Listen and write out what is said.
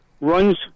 Runs